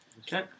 Okay